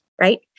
right